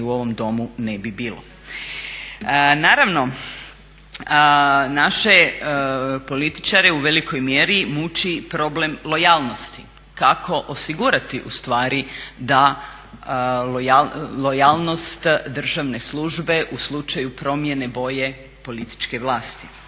u ovom Domu ne bi bilo. Naravno, naše političare u velikoj mjeri muči problem lojalnosti, kako osigurati ustvari da lojalnost državne službe u slučaju promjene boje političke vlasti.